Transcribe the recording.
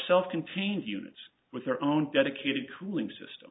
self contained units with their own dedicated cooling system